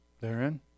therein